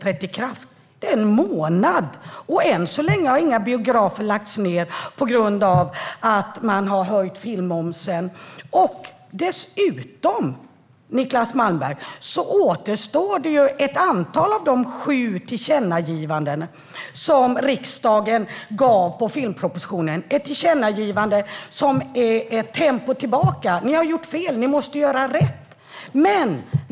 Det har bara gått en månad, och än så länge har inga biografer lagts ned på grund av att man har höjt filmmomsen. Dessutom, Niclas Malmberg, återstår ett antal av de sju tillkännagivanden som riksdagen riktade i samband med filmpropositionen. Ni har gjort fel - nu måste ni ta ett steg tillbaka och göra rätt.